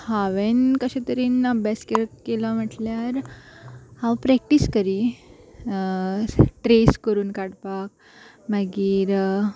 हांवें कशे तरेन अभ्यास केर केलो म्हटल्यार हांव प्रॅक्टीस करी ट्रेस करून काडपाक मागीर